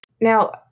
Now